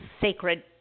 sacred